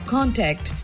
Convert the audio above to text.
Contact